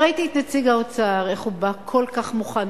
ראיתי את נציג האוצר, איך הוא בא כל כך "מוכן".